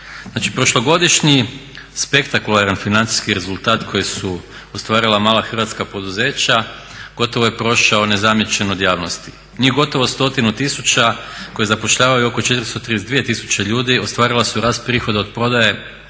Znači prošlogodišnji spektakularan financijski rezultat koji su ostvarila mala hrvatska poduzeća gotovo je prošao nezamijećen od javnosti. Njih gotovo 100 tisuća koji zapošljavaju oko 432 tisuće ljudi ostvarila su rast prihoda od prodaje